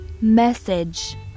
message